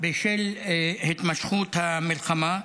בשל התמשכות המלחמה,